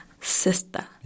sister